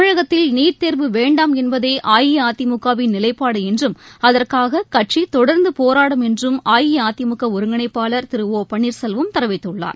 தமிழகத்தில் நீட் தேர்வு வேண்டாம் என்பதே அஇஅதிமுகவின் நிலைப்பாடு என்றும் அதற்காக கட்சி தொடர்ந்து போராடும் என்றும் அஇஅதிமுக ஒருங்கிணைப்பாளர் திரு ஒ பன்னீர்செல்வம் தெரிவித்துள்ளார்